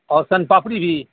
اور سون پاپڑی بھی